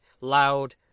loud